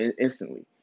instantly